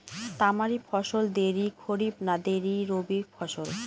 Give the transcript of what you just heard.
তামারি ফসল দেরী খরিফ না দেরী রবি ফসল?